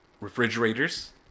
refrigerators